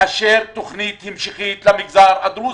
לאשר תוכנית המשכית למגזר הדרוזי.